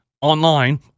online